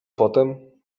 potem